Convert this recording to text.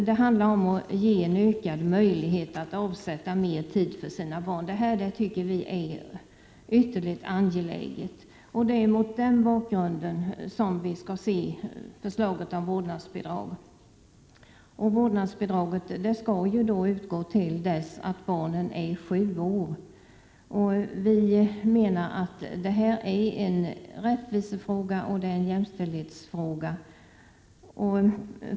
Det handlar om att få ökade möjligheter att avsätta mer tid för sina barn. Det tycker vi är ytterligt angeläget. Det är mot den här bakgrunden som förslaget om vårdnadsbidrag skall ses. Vårdnadsbidraget skall utgå till dess att barnen är sju år. Vi menar att det handlar om en rättvisefråga och en jämställdhetsfråga.